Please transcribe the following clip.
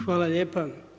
Hvala lijepa.